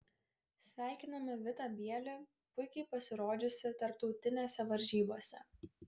sveikiname vitą bielį puikiai pasirodžiusį tarptautinėse varžybose